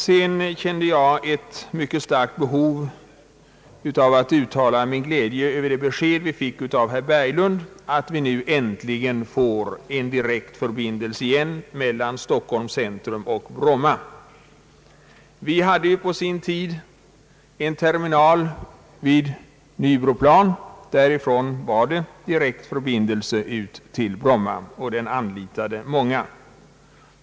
Jag känner ett mycket starkt behov av att uttala min glädje över det besked vi fick av herr Berglund om att vi nu åter äntligen får en direkt bussförbindelse mellan Stockholms centrum och Bromma. På sin tid hade vi en terminal på Nybroplan. Därifrån fanns direkt förbindelse ut till Bromma, och den anlitades av många.